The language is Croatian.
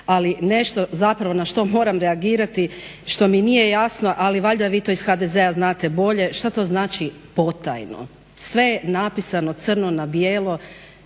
ali nešto zapravo na što moram reagirati, što mi nije jasno, ali valjda vi to iz HDZ-a znate bolje, šta to znači potajno. Sve je napisano crno na bijelo,